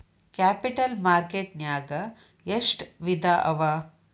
Capital market ನ್ಯಾಗ್ ಎಷ್ಟ್ ವಿಧಾಅವ?